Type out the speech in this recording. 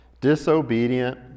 disobedient